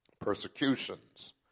persecutions